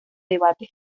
debate